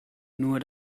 nur